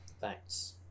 Thanks